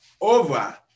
over